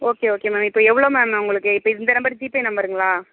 okay okay ma'am இப்போ எவ்வளோ ma'am நான் உங்களுக்கு இப்போ இந்த நம்பர் ஜிபே நம்பருங்களா